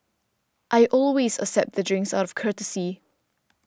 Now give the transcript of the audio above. I always accept the drinks out of courtesy